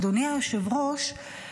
אדוני היושב-ראש,